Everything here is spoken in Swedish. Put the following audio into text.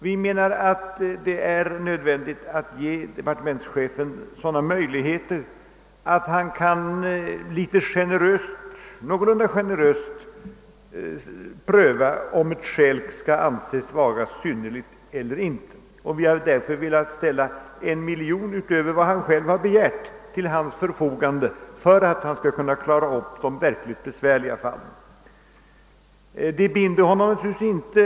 Vi menar att det är nödvändigt att ge departementschefen möjlighet att någorlunda generöst pröva om ett skäl skall anses vara synnerligt eller ej, och vi har därför velat ställa en miljon utöver vad departementschefen begärt till hans förfogande för att han skall kunna klara de verkligt besvärliga fallen. Det binder honom naturligtvis inte.